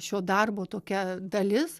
šio darbo tokia dalis